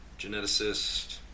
geneticist